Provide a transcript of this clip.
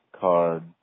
card